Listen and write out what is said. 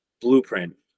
Blueprint